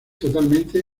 totalmente